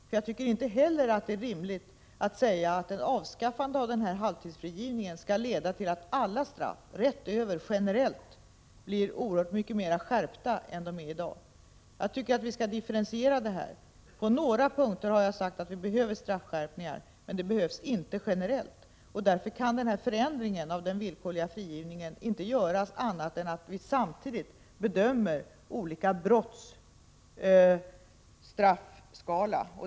Jag tycker nämligen inte heller att det är rimligt att ett avskaffande av halvtidsfrigivningen skall leda till att alla straff generellt skärps så, att de blir oerhört mycket hårdare än vad de är i dag. Jag tycker att vi skall differentiera straffskalorna. På några punkter behövs straffskärpningar men inte generellt. Därför kan en förändring av den villkorliga frigivningen inte göras utan att en bedömning samtidigt görs av olika brotts straffskala.